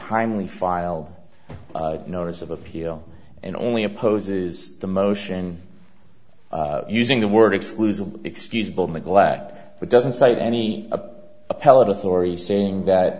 timely filed a notice of appeal and only opposes the motion using the word exclusion excusable neglect but doesn't cite any appellate authority saying that